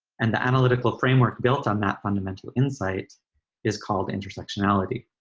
and the analytical framework built on that fundamental insight is called intersectionality.